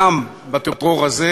גם בטרור הזה,